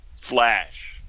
Flash